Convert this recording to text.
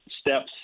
steps